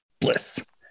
bliss